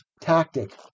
tactic